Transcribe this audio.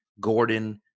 Gordon